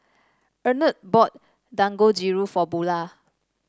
Emett bought Dangojiru for Bulah